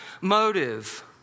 motive